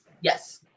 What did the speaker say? Yes